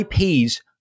IPs